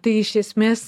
tai iš esmės